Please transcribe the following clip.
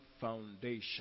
foundation